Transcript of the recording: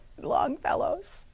Longfellows